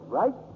right